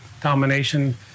domination